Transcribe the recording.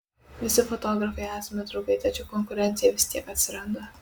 visi fotografai esame draugai tačiau konkurencija vis tiek atsiranda